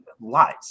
lies